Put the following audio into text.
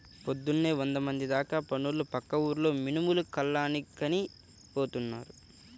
పొద్దున్నే వందమంది దాకా పనోళ్ళు పక్క ఊర్లో మినుములు కల్లానికని పోతున్నారు